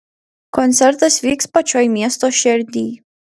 koncertas vyks pačioj miesto šerdyj